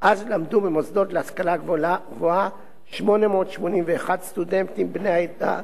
אז למדו במוסדות להשכלה גבוהה 881 סטודנטים בני העדה.